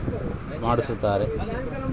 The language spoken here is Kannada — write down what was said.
ಆರೊಗ್ಯ ವಿಮೆ ಮನುಷರಿಗೇ ಮಾಡ್ಸ್ತಾರ